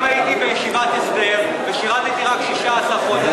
אם הייתי בישיבת הסדר ושירתתי רק 16 חודשים,